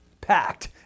packed